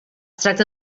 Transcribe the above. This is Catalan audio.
tracta